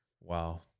Wow